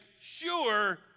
sure